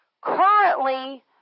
Currently